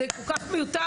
זה כל כך מיותר,